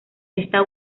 esta